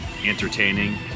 entertaining